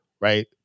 right